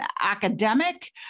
academic